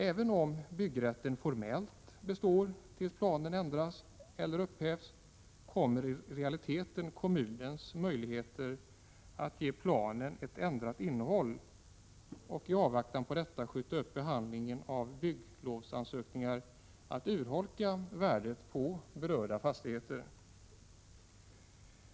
Även om byggrätten formellt består tills planen ändrats eller upphävts, kommer i realiteten kommunens möjligheter att ge planen ett ändrat innehåll och i avvaktan på detta uppskjutande av behandlingen av bygglovsansökningar att urholka värdet på berörda fastigheter.